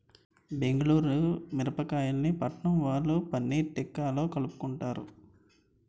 బెంగుళూరు మిరపకాయని పట్నంవొళ్ళు పన్నీర్ తిక్కాలో కలుపుకుంటారు